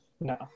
No